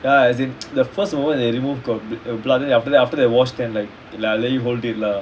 ya as in the the first moment they remove got blood then after that after they wash it then let you hold it lah